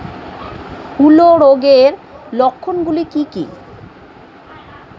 হূলো রোগের লক্ষণ গুলো কি কি?